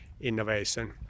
innovation